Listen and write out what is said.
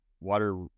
water